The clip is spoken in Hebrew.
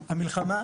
המלחמה,